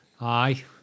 aye